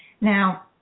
Now